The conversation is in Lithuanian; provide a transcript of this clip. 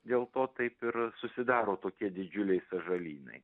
dėl to taip ir susidaro tokie didžiuliai sąžalynai